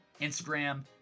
Instagram